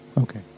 Okay